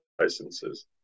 licenses